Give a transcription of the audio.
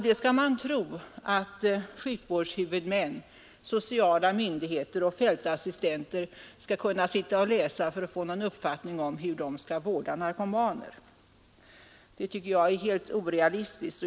Det skall man tro att sjukvårdshuvudmän, sociala myndigheter och fältassistenter skall kunna sitta och läsa för att få någon uppfattning om hur de skall vårda narkomaner. Det tycker jag är helt orealistiskt.